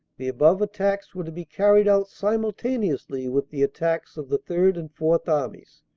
the above attacks were to be carried out simultaneously with the attacks of the third and fourth armies.